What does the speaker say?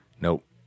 Nope